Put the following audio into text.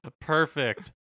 Perfect